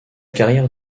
carrière